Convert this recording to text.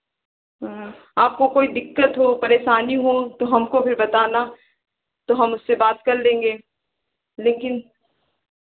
ह्म्म आपको कोई दिक्कत हो परेशानी हो तो हमको भी बताना तो हम उससे बात कर लेंगे लेकिन